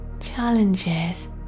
Challenges